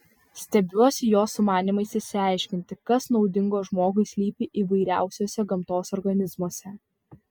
stebiuosi jo sumanymais išsiaiškinti kas naudingo žmogui slypi įvairiausiuose gamtos organizmuose